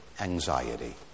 anxiety